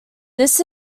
this